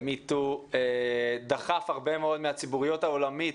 ו-me too דחפה הרבה מאוד מהציבוריות העולמית